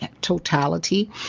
totality